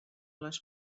les